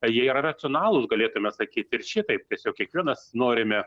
jie yra racionalūs galėtume sakyt ir šitaip tiesiog kiekvienas norime